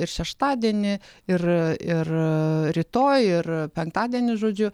ir šeštadienį ir ir rytoj ir penktadienį žodžiu